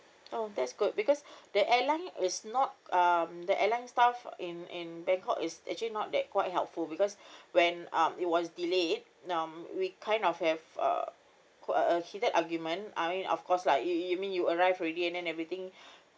oh that's good because the airline is not um the airline staff in in bangkok is actually not that quite helpful because when um it was delayed um we kind of have a uh uh heated argument I mean of course lah you~ you mean you arrive already and then everything